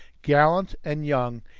gallant and young,